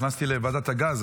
נכנסתי לוועדת הגז,